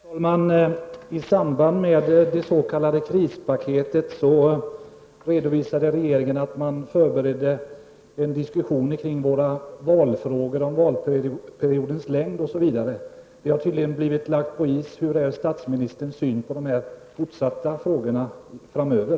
Herr talman! I samband med det s.k. krispaketet redovisade regeringen att man förberedde diskussioner kring valfrågorna. Det handlar då om t.ex. valperiodens längd. Men det här har tydligen lagts på is. Hur ser alltså statsministern på dessa saker? Hur skall dessa frågor hanteras framöver?